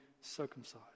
circumcised